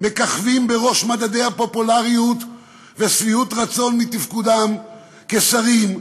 מככבים בראש מדדי הפופולריות ושביעות הרצון מתפקודם כשרים,